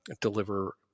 deliver